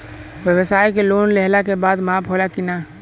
ब्यवसाय के लोन लेहला के बाद माफ़ होला की ना?